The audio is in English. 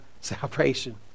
salvation